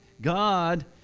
God